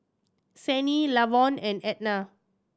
Sannie Lavon and Edna